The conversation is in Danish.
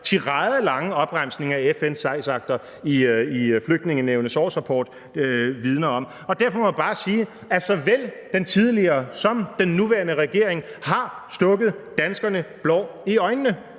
tiradelange opremsning af FN's akter i Flygtningenævnets årsrapport vidner om, og derfor må jeg bare sige, at såvel den tidligere som den nuværende regering har stukket danskerne blår i øjnene,